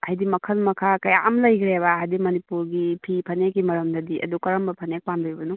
ꯍꯥꯏꯕꯗꯤ ꯃꯈꯜ ꯃꯈꯥ ꯀꯌꯥ ꯑꯃ ꯂꯩꯈꯔꯦꯕ ꯍꯥꯏꯕꯗꯤ ꯃꯅꯤꯄꯨꯔꯒꯤ ꯐꯤ ꯐꯅꯦꯛꯀꯤ ꯃꯔꯝꯗꯗꯤ ꯑꯗꯣ ꯀꯥꯔꯝꯕ ꯐꯅꯦꯛ ꯄꯥꯝꯕꯤꯕꯅꯣ